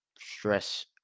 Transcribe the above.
stress